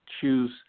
choose